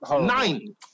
Nine